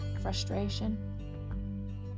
frustration